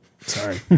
Sorry